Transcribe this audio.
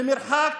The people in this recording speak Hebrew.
במרחק